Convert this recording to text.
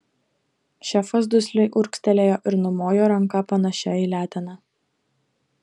šefas dusliai urgztelėjo ir numojo ranka panašia į leteną